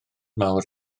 mawr